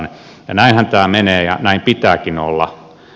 näinhän tämä menee ja näin pitääkin olla